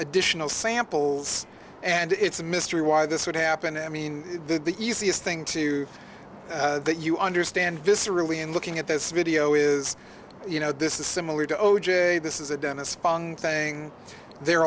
additional samples and it's a mystery why this would happen i mean the easiest thing to that you understand viscerally in looking at this video is you know this is similar to o j this is a dennis funk thing they're